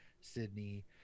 Sydney